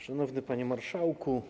Szanowny Panie Marszałku!